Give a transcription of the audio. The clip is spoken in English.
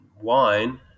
wine